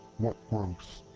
what gross?